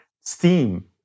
steam